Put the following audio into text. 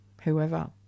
whoever